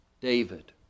David